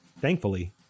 Thankfully